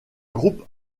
groupe